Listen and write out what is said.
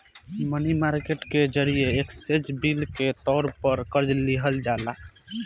मनी market के जरिए exchange bill के तौर पर कर्जा लिहल जाला